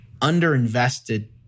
underinvested